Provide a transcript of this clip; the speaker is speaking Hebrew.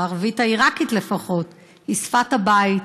הערבית העיראקית לפחות, היא שפת הבית,